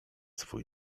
swój